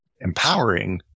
empowering